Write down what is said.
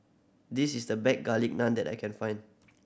this is the best Garlic Naan that I can find